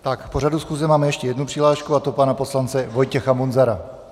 K pořadu schůze máme ještě jednu přihlášku, a to pana poslance Vojtěcha Munzara.